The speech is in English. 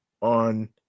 on